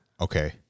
Okay